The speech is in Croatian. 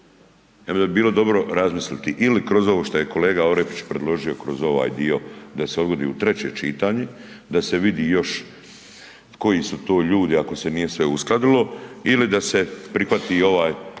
Ja mislim da bi bilo dobro razmisliti ili kroz ovo što je kolega Orepić predložio kroz ovaj dio da se odgodi u treće čitanje, da se vidi još koji su to ljudi ako se nije sve uskladilo, ili da se prihvati i ovaj